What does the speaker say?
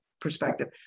perspective